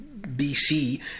BC